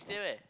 stay where